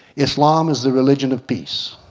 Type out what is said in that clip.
islam is the religion of peace